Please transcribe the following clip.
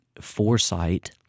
foresight